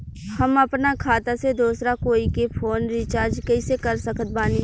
हम अपना खाता से दोसरा कोई के फोन रीचार्ज कइसे कर सकत बानी?